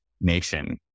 nation